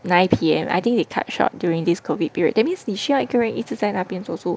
nine P_M I think they cut short during this COVID period that means 你需要一个人一直在那边坐住